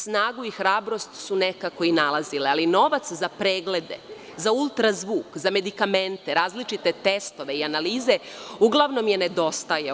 Snagu i hrabrost su nekako i nalazile, ali novac za preglede, za ultrazvuk, za medikamente, različite testove i analize uglavnom je nedostajao.